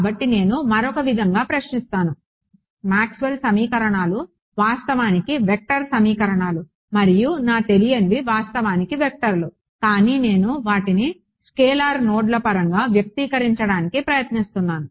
కాబట్టి నేను మరొక విధంగా ప్రశ్నిస్తాను మాక్స్వెల్ సమీకరణాలు వాస్తవానికి వెక్టార్ సమీకరణాలు మరియు నా తెలియనివి వాస్తవానికి వెక్టర్లు కానీ నేను వాటిని స్కేలార్ నోడ్ల పరంగా వ్యక్తీకరించడానికి ప్రయత్నిస్తున్నాను